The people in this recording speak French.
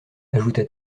ajouta